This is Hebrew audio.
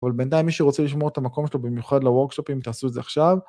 אבל בינתיים מי שרוצה לשמור את המקום שלו, במיוחד לוורקשופים, תעשו את זה עכשיו